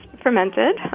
fermented